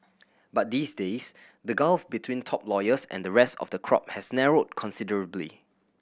but these days the gulf between top lawyers and the rest of the crop has narrowed considerably